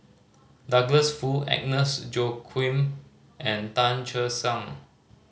Douglas Foo Agnes Joaquim and Tan Che Sang